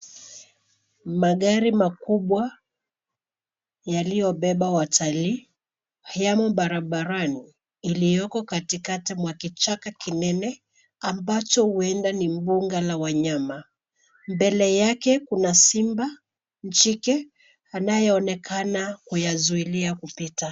Magari makubwa, yaliyobeba watalii, yamo barabarani, iliyoko katikati mwa kichaka kinene, ambacho huenda ni mbuga la wanyama. Mbele yake kuna simba, mshike, anayeonekana kuyazuilia kupita.